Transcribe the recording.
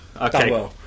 Okay